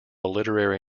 literary